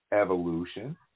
Evolution